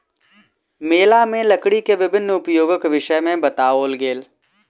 मेला में लकड़ी के विभिन्न उपयोगक विषय में बताओल गेल